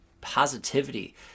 positivity